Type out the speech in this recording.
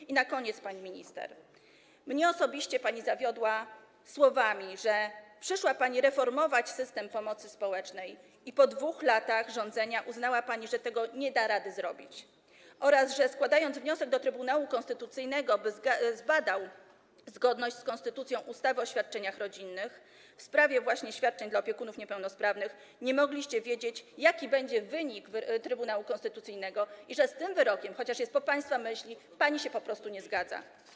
I na koniec, pani minister, mnie osobiście pani zawiodła słowami, że przyszła pani reformować system pomocy społecznej i po 2 latach rządzenia uznała pani, że tego nie da rady zrobić oraz że składając wniosek do Trybunału Konstytucyjnego, by zbadał zgodność z konstytucją ustawy o świadczeniach rodzinnych w sprawie właśnie świadczeń dla opiekunów osób niepełnosprawnych, nie mogliście wiedzieć, jaki będzie wynik Trybunału Konstytucyjnego i że z tym wyrokiem, chociaż jest po państwa myśli, pani się po prostu nie zgadza.